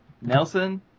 Nelson